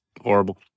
horrible